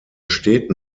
steht